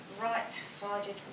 right-sided